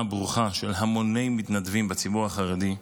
הברוכה של המוני מתנדבים בציבור החרדי,